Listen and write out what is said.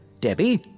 Debbie